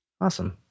Awesome